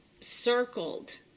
circled